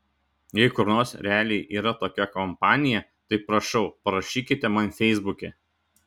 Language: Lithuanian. jei kur nors realiai yra tokia kompanija tai prašau parašykite man feisbuke